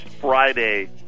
Friday